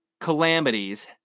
calamities